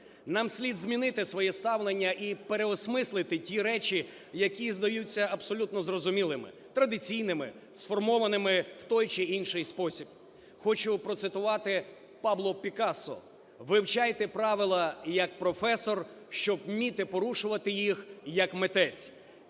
Нам слід змінити своє ставлення і переосмислити ті речі, які здаються абсолютно зрозумілими, традиційними, сформованими в той чи інший спосіб. Хочу процитувати Пабло Пікассо: "Вивчайте правила як професор, щоб вміти порушувати їх як митець".